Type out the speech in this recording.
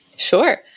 Sure